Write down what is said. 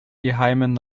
geheimen